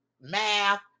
math